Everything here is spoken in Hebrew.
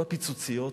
ב"פיצוציות"?